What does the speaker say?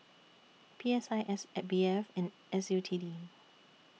P S I S B F and S U T D